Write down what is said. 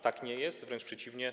Tak nie jest, wręcz przeciwnie.